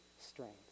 strength